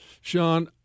Sean